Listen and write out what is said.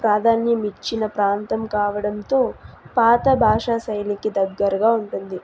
ప్రాధాన్యమిచ్చిన ప్రాంతం కావడంతో పాత భాషా శైలికి దగ్గరగా ఉంటుంది